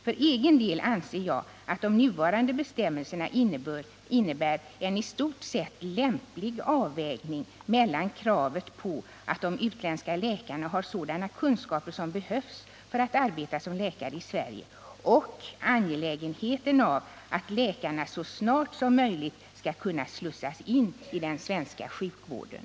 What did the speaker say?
För egen del anser jag att de nuvarande bestämmelserna innebär en i stort sett lämplig avvägning mellan kravet på att de utländska läkarna har sådana kunskaper som behövs för att arbeta som läkare i Sverige och angelägenheten av att läkarna så snart som möjligt skall kunna slussas in i den svenska sjukvården.